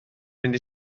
fynd